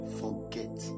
forget